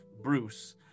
Bruce